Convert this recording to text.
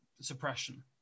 suppression